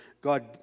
God